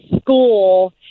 school